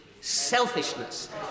Selfishness